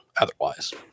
otherwise